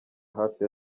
hafi